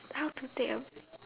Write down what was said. how to take a break